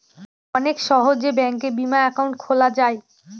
অনেক সহজে ব্যাঙ্কে বিমা একাউন্ট খোলা যায়